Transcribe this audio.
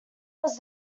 was